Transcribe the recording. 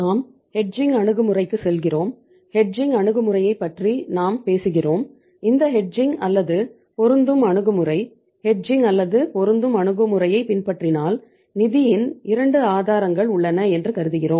நாம் ஹெட்ஜிங் அல்லது பொருந்தும் அணுகுமுறையைப் பின்பற்றினால் நிதியின் 2 ஆதாரங்கள் உள்ளன என்று கருதுகிறோம்